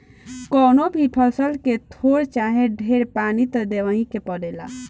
कवनो भी फसल के थोर चाहे ढेर पानी त देबही के पड़ेला